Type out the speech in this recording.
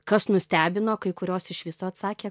kas nustebino kai kurios iš viso atsakė